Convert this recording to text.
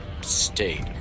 state